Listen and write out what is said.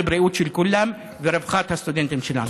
ובריאות של כולם ורווחת הסטודנטים שלנו.